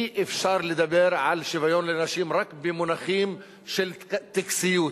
אי-אפשר לדבר על שוויון לנשים רק במונחים של טקסיות,